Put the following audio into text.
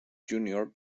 junior